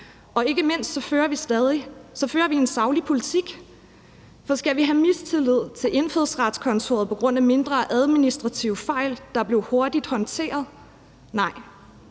og ikke mindst fører vi en saglig politik, for skal vi have mistillid til Indfødsretskontoret på grund af mindre administrative fejl, der blev hurtigt håndteret? Nej.